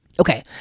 Okay